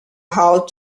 how